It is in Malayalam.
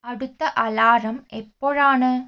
അടുത്ത അലാറം എപ്പോഴാണ്